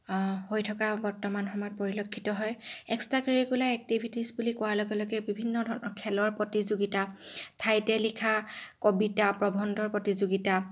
হৈ থকা বৰ্তমান সময়ত পৰিলক্ষিত হয় এক্সট্ৰা কাৰিকুলাৰ এক্টিভিটিছ বুলি কোৱাৰ লগে লগে বিভিন্ন ধৰণৰ খেলৰ প্ৰতিযোগিতা ঠাইতে লিখা কবিতা প্ৰবন্ধৰ প্ৰতিযোগিতা